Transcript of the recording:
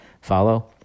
Follow